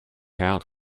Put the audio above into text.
out